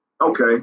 Okay